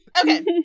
Okay